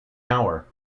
hour